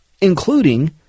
including